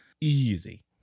Easy